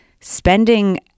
spending